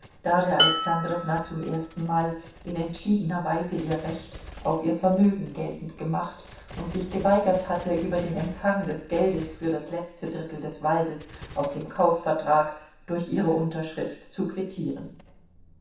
alexandrowna zum erstenmal in entschiedener weise ihr recht auf ihr vermögen geltend gemacht und sich geweigert hatte über den empfang des geldes für das letzte drittel des waldes auf dem kaufvertrag durch ihre unterschrift zu quittieren